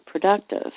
productive